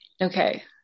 Okay